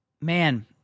Man